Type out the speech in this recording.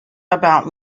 about